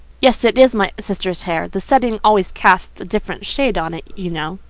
yes it is my sister's hair. the setting always casts a different shade on it, you know.